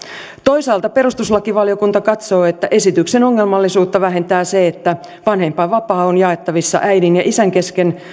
toisaalta perustuslakivaliokunta katsoo että esityksen ongelmallisuutta vähentää se että vanhempainvapaa on jaettavissa äidin ja isän kesken